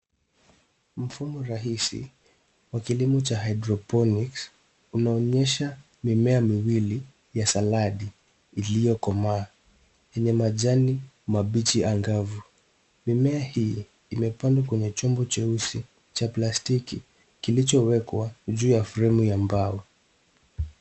Mfumo rahisi wa kilimo cha hydroponics unaonyesha mimea miwili ya saladi iliyokomaa yenye majani mabichi angavu. Mimea hii imepandwa kwenye chombo cheusi cha plastiki kilichowekwa juu ya fremu ya mbao.